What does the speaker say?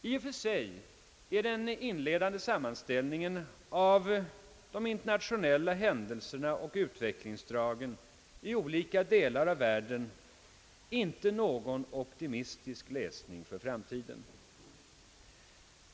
I och för sig är den inledande sammanställningen av de internationella händelserna och utvecklingsdragen i olika delar av världen inte någon optimistisk läsning för framtiden.